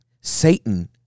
Satan